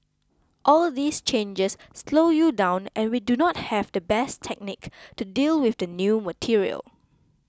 all these changes slow you down and we do not have the best technique to deal with the new material